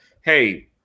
hey